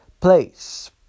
place